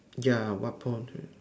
ya what point to